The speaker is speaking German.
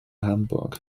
hamburg